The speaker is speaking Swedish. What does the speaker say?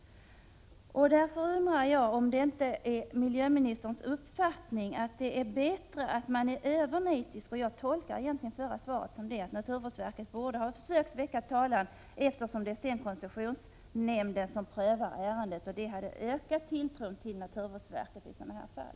Därför undrar jag om det inte är miljöministerns uppfattning att det är bättre om man är övernitisk. Jag tolkar beskedet i miljöministerns första inlägg så att naturvårdsverket borde ha försökt väcka talan, eftersom det sedan är koncessionsnämnden som prövar ärendet. Det hade ökat tilltron till naturvårdsverket i sådana här fall.